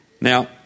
Now